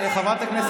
אתה חבר כנסת.